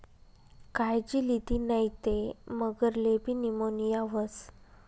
कायजी लिदी नै ते मगरलेबी नीमोनीया व्हस